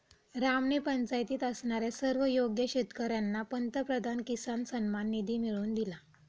रामने पंचायतीत असणाऱ्या सर्व योग्य शेतकर्यांना पंतप्रधान किसान सन्मान निधी मिळवून दिला